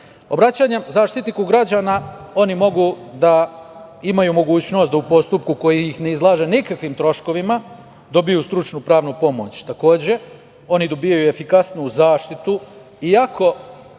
građana. Obraćanjem Zaštitniku građana mogu da imaju mogućnost da u postupku, koji ih ne izlaže nikakvim troškovima, dobiju stručnu pravnu pomoć. Takođe, oni dobijaju efikasnu zaštitu, iako